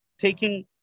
taking